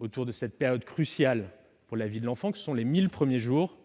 autour de cette période cruciale pour l'enfant que ce sont les mille premiers jours